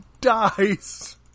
dies